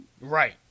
right